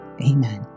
amen